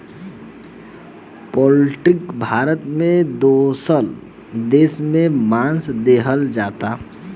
poultry Bharat से दोसर देश में मांस देहल जाला